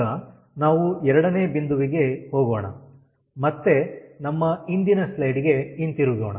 ಈಗ ನಾವು 2ನೇ ಬಿಂದುವಿಗೆ ಹೋಗೋಣ ಮತ್ತೆ ನಮ್ಮ ಹಿಂದಿನ ಸ್ಲೈಡ್ ಗೆ ಹಿಂತಿರುಗೋಣ